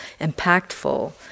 impactful